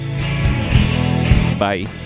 Bye